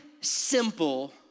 simple